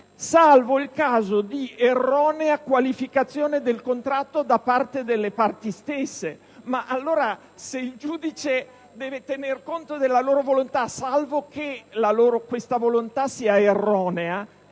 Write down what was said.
"salvo il caso di erronea qualificazione del contratto" delle parti stesse. Se, però, il giudice deve tenere conto della loro volontà salvo che quest'ultima sia erronea,